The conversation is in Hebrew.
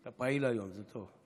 אתה פעיל היום, זה טוב.